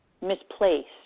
misplaced